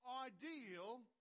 ideal